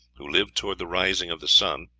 who lived toward the rising of the sun,